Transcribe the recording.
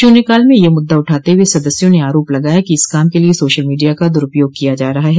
शून्यकाल में यह मुद्दा उठाते हुए सदस्यों ने आरोप लगाया कि इस काम के लिए सोशल मीडिया का दुरूपयोग किया जा रहा है